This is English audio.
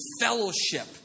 fellowship